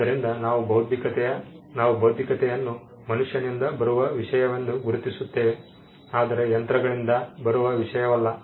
ಆದ್ದರಿಂದ ನಾವು ಬೌದ್ಧಿಕತೆಯನ್ನು ಮನುಷ್ಯನಿಂದ ಬರುವ ವಿಷಯವೆಂದು ಗುರುತಿಸುತ್ತೇವೆ ಆದರೆ ಯಂತ್ರಗಳಿಂದ ಬರುವ ವಿಷಯವಲ್ಲ